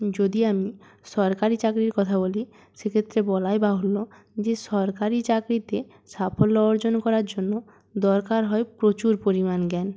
যদি আমি সরকারি চাকরির কথা বলি সেক্ষেত্রে বলাই বাহুল্য যে সরকারি চাকরিতে সাফল্য অর্জন করার জন্য দরকার হয় প্রচুর পরিমাণ জ্ঞান